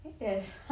Yes